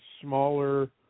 smaller